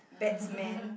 bats man